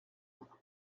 pour